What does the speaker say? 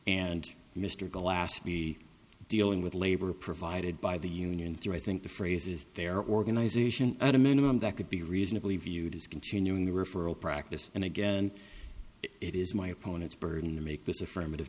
and mr glass be dealing with labor provided by the union through i think the phrase is their organization at a minimum that could be reasonably viewed as continuing referral practice and again it is my opponent's burden to make this affirmative